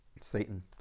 Satan